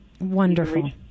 Wonderful